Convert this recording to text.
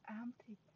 empty